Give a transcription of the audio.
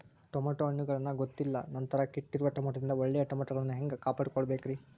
Tomato ಹಣ್ಣುಗಳನ್ನ ಗೊತ್ತಿಲ್ಲ ನಂತರ ಕೆಟ್ಟಿರುವ ಟಮಾಟೊದಿಂದ ಒಳ್ಳೆಯ ಟಮಾಟೊಗಳನ್ನು ಹ್ಯಾಂಗ ಕಾಪಾಡಿಕೊಳ್ಳಬೇಕರೇ?